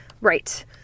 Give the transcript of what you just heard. Right